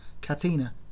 Katina